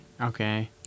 Okay